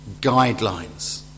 guidelines